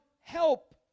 help